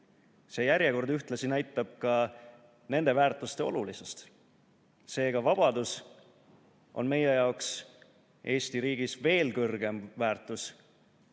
See järjekord näitab ühtlasi nende väärtuste olulisust. Seega, vabadus on meie jaoks Eesti riigis veel kõrgem väärtus